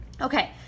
Okay